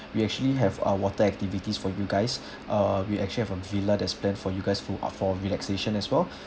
we actually have ah water activities for you guys uh we actually have a villa that's planned for you guys to ah for relaxation as well